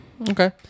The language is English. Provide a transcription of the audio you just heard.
Okay